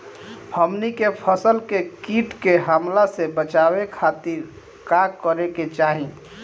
हमनी के फसल के कीट के हमला से बचावे खातिर का करे के चाहीं?